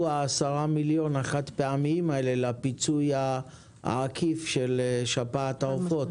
10 מיליון שקלים החד-פעמיים האלה לפיצוי העקיף של שפעת העופות.